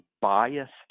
biased